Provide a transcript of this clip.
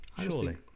surely